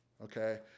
okay